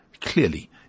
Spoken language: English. clearly